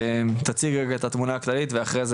תציג רגע את התמונה הכללית ולאחר מכן,